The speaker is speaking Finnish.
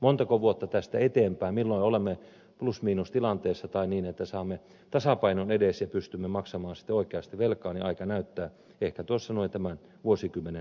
montako vuotta tästä eteenpäin milloin olemme plus miinus nolla tilanteessa tai saamme tasapainon edes ja pystymme maksamaan sitten oikeasti velkaa aika näyttää ehkä tämän vuosikymmenen puolivälissä